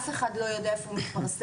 אף אחד לא יודע איפה הוא מתפרסם,